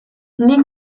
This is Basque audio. nik